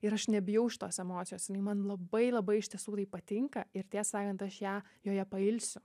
ir aš nebijau šitos emocijos jinai man labai labai iš tiesų tai patinka ir tiesą sakant aš ją joje pailsiu